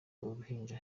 uruhinja